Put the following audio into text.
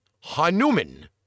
Hanuman